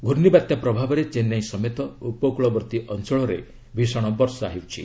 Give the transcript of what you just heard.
ପୂର୍ଷିବାତ୍ୟା ପ୍ରଭାବରେ ଚେନ୍ନାଇ ସମେତ ଉପକ୍ରଳବର୍ତ୍ତୀ ଅଞ୍ଚଳରେ ଭୀଷଣ ବର୍ଷା ହେଉଛି